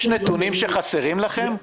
יש נתונים שחסרים לכם?